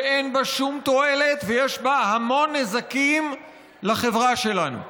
שאין בה שום תועלת ויש בה המון נזקים לחברה שלנו.